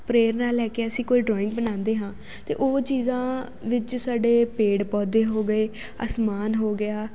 ਪ੍ਰੇਰਨਾ ਲੈ ਕੇ ਅਸੀਂ ਕੋਈ ਡਰਾਇੰਗ ਬਣਾਉਂਦੇ ਹਾਂ ਤਾਂ ਉਹ ਚੀਜ਼ਾਂ ਵਿੱਚ ਸਾਡੇ ਪੇੜ ਪੌਦੇ ਹੋ ਗਏ ਅਸਮਾਨ ਹੋ ਗਿਆ